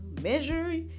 measure